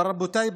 אבל רבותיי,